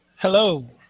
Hello